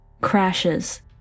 crashes